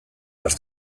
behar